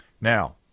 Now